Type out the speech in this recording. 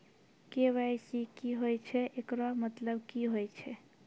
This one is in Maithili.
के.वाई.सी की होय छै, एकरो मतलब की होय छै?